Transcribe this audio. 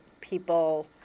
people